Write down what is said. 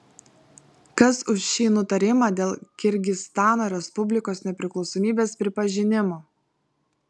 kas už šį nutarimą dėl kirgizstano respublikos nepriklausomybės pripažinimo